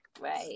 right